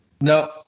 No